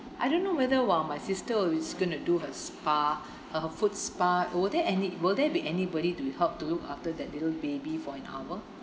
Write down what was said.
I don't know whether while my sister is gonna do her spa her foot spa will there any will there be anybody to help to look after that little baby for an hour